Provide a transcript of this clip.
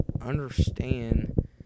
understand